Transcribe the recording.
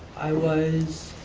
i was.